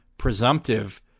presumptive